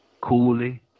coolly